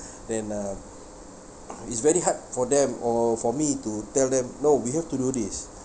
then uh it's very hard for them or for me to tell them no we have to do this